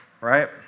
right